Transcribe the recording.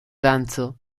danco